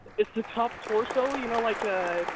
it's the top torso. you know, like a.